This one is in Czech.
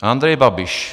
Andrej Babiš: